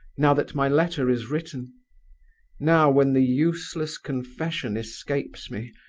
now that my letter is written now, when the useless confession escapes me,